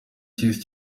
cy’isi